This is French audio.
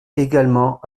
également